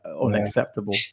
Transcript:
unacceptable